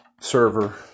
server